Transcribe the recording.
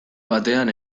batean